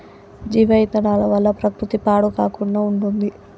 జీవ ఇంధనాల వల్ల ప్రకృతి పాడు కాకుండా ఉంటుంది